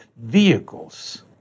vehicles